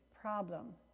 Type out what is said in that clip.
problem